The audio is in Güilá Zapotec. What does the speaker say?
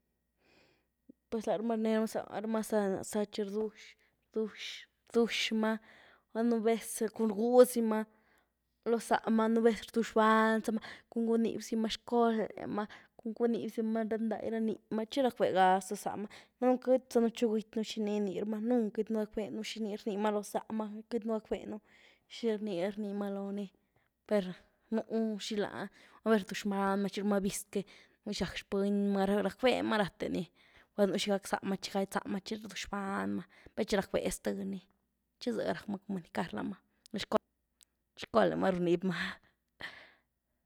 Puez larumaa rníeramaa zaramaa za-za chi rduax-rduax-rduax maa, gula nubéz cun rgwuezirumaa loóh záahmaa, nubéz rduax banyzamaa cun gúnibzimaa xcolemaa, cun gúnibzimaa dnai ra niímaa chi rac' bega zté zamaa, danën queity zanú chug'yecnu xini inírumaa, nunc' qt'nu gac' benu xini rnimaa loóhzamaa, queity nú gac' benu xini rnyiémaa loóhni, per nú xilan, nubéz rduax banymaa xi runma biz que nu xirac' xpenymaa, rac'bemaa rate ni, gula nu xi gac' záahmaa, chi gaty záahmaa chi rduax banymaa baichi rac' be zté ni, chi zé rac'maa comunicar lamaa, xcolemaa runibymaa.